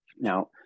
Now